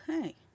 Okay